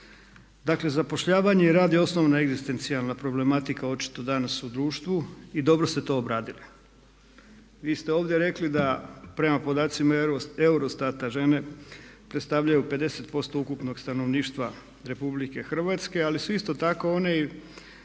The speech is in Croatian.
Dakle, zapošljavanje i rad je osnovna egzistencijalna problematika očito danas u društvu i dobro ste to obradili. Vi ste ovdje rekli da prema podacima EUROSTAT-a žene predstavljaju 50% ukupnog stanovništva Republike Hrvatske ali su isto tako one i